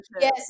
Yes